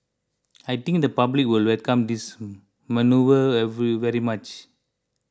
I think the public will welcome this manoeuvre very much